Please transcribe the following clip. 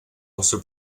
also